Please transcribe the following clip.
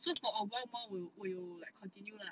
so for a while more 我有我有 like continue lah